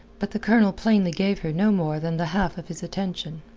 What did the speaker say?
but the colonel plainly gave her no more than the half of his attention.